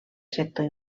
sector